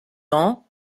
ans